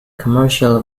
commercial